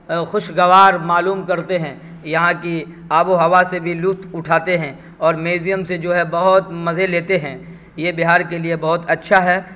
خوشگوار معلوم کرتے ہیں یہاں کی آب و ہوا سے بھی لطف اٹھاتے ہیں اور میوذیم سے جو ہے بہت مزے لیتے ہیں یہ بہار کے لیے بہت اچھا ہے